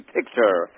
Picture